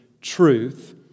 truth